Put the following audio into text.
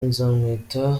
nzamwita